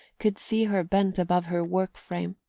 could see her bent above her work-frame,